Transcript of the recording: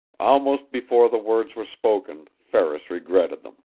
almost before the words were spoken ferris regretted them.